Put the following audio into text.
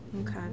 Okay